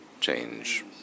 change